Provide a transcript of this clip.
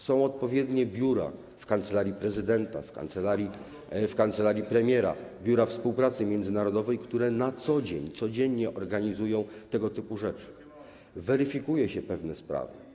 Są odpowiednie biura w Kancelarii Prezydenta, w kancelarii premiera, biura współpracy międzynarodowej, które na co dzień, codziennie organizują tego typu rzeczy, gdzie weryfikuje się pewne sprawy.